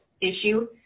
issue